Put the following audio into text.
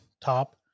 top